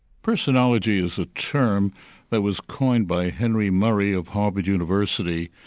personology is a term that was coined by henry murray of harvard university,